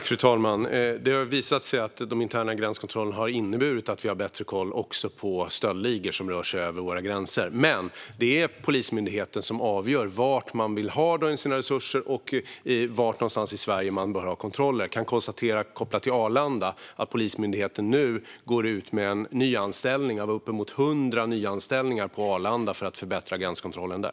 Fru talman! Det har ju visat sig att de interna gränskontrollerna inneburit att vi har bättre koll också på stöldligor som rör sig över våra gränser. Men det är Polismyndigheten som avgör var man vill lägga sina resurser och var i Sverige man bör ha inre gränskontroller. Kopplat till Arlanda kan jag konstatera att Polismyndigheten nu går ut med uppemot hundra nyanställningar på Arlanda för att förbättra gränskontrollen där.